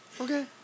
Okay